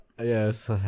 Yes